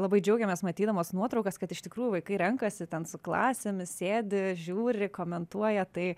labai džiaugiamės matydamos nuotraukas kad iš tikrųjų vaikai renkasi ten su klasėmis sėdi žiūri komentuoja tai